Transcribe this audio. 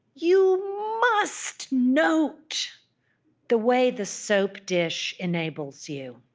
you must note the way the soap dish enables you,